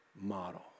model